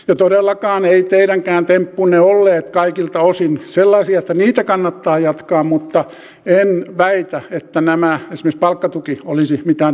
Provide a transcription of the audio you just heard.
ja todellakaan eivät teidänkään temppunne olleet kaikilta osin sellaisia että niitä kannattaa jatkaa mutta en väitä että esimerkiksi palkkatuki olisi mitään tempputyöllistämistä